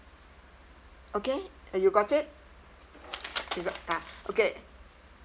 okay uh you got it ah okay